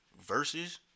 versus